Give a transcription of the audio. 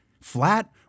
flat